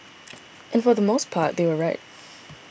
and for the most part they were right